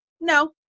no